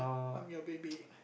I'm your baby